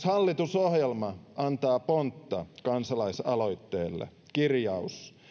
hallitusohjelma antaa pontta kansalaisaloitteelle kirjaus